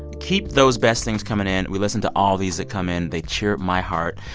keep those best things coming in. we listen to all these that come in. they cheer my heart.